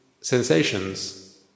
sensations